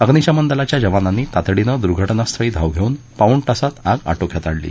अग्निशमन दलाच्या जवानांनी तातडीनं दुर्घटनास्थळी धाव घेऊन पाऊण तासात आग आटोक्यात आणली